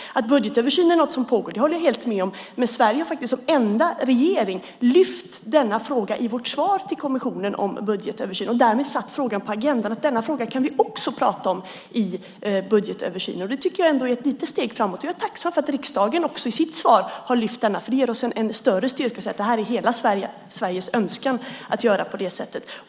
Att budgetöversyn är något som pågår håller jag helt med om, men Sveriges regering är faktiskt den enda som har lyft fram denna fråga i svaret till kommissionen om budgetöversynen. Därmed har vi satt frågan på agendan och visat att denna fråga kan vi också prata om i budgetöversynen. Det tycker jag ändå är ett litet steg framåt. Jag är tacksam för att riksdagen också i sitt svar har lyft fram denna fråga, för det ger oss en större styrka att säga att det är hela Sveriges önskan att göra på det sättet.